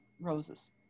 roses